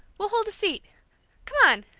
we'll hold a seat come on!